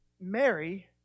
Mary